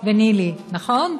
ונילי, נכון?